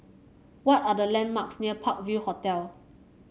what are the landmarks near Park View Hotel